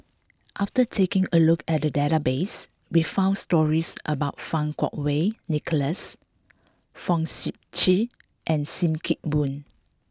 after taking a look at the database we found stories about Fang Kuo Wei Nicholas Fong Sip Chee and Sim Kee Boon